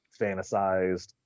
fantasized